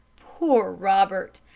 poor robert!